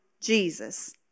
Jesus